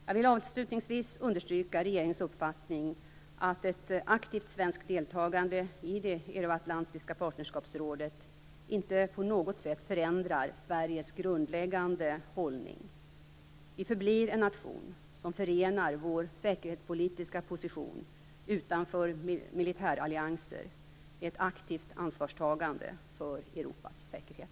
Jag vill avslutningsvis understryka regeringens uppfattning att ett aktivt svenskt deltagande i det euroatlantiska partnerskapsrådet inte på något sätt förändrar Sveriges grundläggande hållning. Vi förblir en nation som förenar vår säkerhetspolitiska position utanför militärallianser med ett aktivt ansvarstagande för Europas säkerhet.